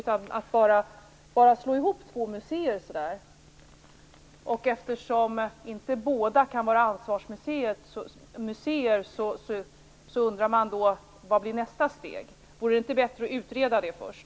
Man bara slår ihop två museer. Eftersom inte båda kan vara ansvarsmuseer undrar man vad nästa steg blir. Vore det inte bättre att utreda det först?